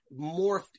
morphed